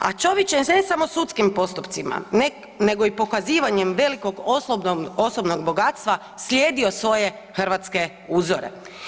A Ćović je ne samo sudskim postupcima, nego i pokazivanjem velikog osobnog bogatstva slijedio svoje hrvatske uzore.